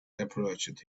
approached